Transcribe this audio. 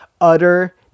Utter